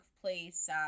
place